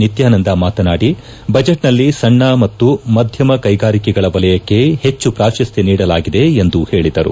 ನಿತ್ಯಾನಂದ ಮಾತನಾಡಿ ಬಜೆಟ್ನಲ್ಲಿ ಸಣ್ಣ ಮತ್ತು ಮಧ್ಯಮ ಕೈಗಾರಿಕೆಗಳ ವಲಯಕ್ಷ ಹೆಚ್ಚು ಪ್ರಾಶಸ್ತ್ಯ ನೀಡಲಾಗಿದೆ ಎಂದು ಹೇಳಿದರು